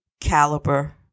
caliber